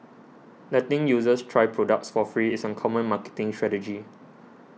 letting users try products for free is a common marketing strategy